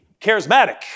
charismatic